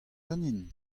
ganin